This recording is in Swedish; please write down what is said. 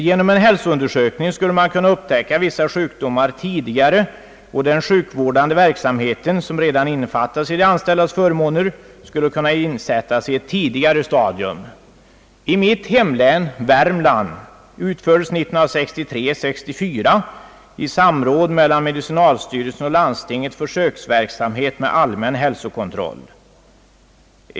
Genom en hälsoundersökning skulle man kunna upptäcka vissa sjukdomar tidigare och den sjukvårdande verksamhet som redan innefattas i de anställdas förmåner kunde insättas i ett tidigare stadium. I mitt hemlän, Värmland, utfördes 1963—1964 i samråd med medicinalstyrelsen och landstinget försöksverksamhet med allmän hälsokontroll.